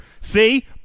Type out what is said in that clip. see